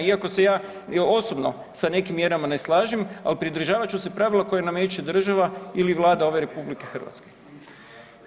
Iako se ja osobno sa nekim mjerama ne slažem, ali pridržavat ću se pravila koje nameće država ili Vlada ove RH.